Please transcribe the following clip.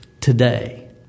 today